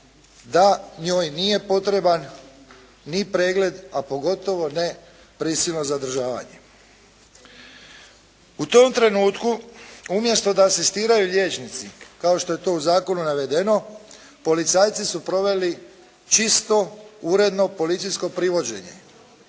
da njoj nije potreban ni pregled, a pogotovo ne prisilno zadržavanje. U tom trenutku umjesto da asistiraju liječnici kao što je to u zakonu navedeno policajci su proveli čisto, uredno policijsko privođenje.